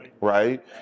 Right